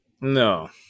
No